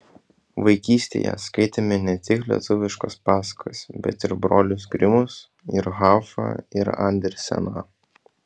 vaikystėje skaitėme ne tik lietuviškas pasakas bet ir brolius grimus ir haufą ir anderseną